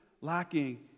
lacking